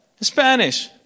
Spanish